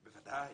בוודאי.